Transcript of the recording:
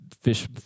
fish